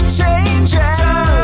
changes